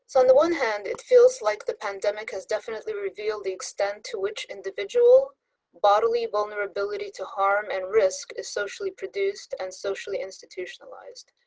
so on the one hand it feels like the pandemic has revealed the extent to which individual bodily vulnerability to harm and risk is socially produced and socially institutionalised.